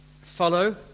follow